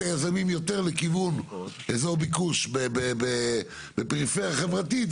היזמים יותר לכיוון אזור ביקוש בפריפריה חברתית,